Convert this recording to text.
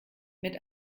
mit